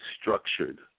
structured